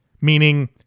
meaning